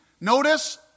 Notice